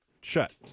shut